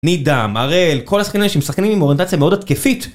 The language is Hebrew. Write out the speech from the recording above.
נידה, מראל, כל השחקנים שמשחקים עם אוריינטציה מאוד התקפית